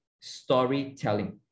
Storytelling